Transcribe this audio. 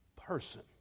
person